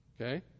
Okay